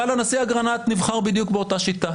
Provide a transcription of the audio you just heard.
אבל הנשיא אגרנט נבחר בדיוק באותה שיטה.